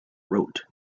wrote